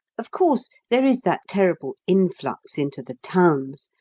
of course, there is that terrible influx into the towns,